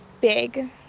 big